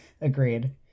agreed